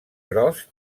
gros